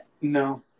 No